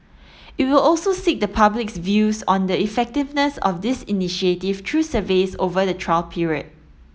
it will also seek the public's views on the effectiveness of this initiative through surveys over the trial period